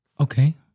Okay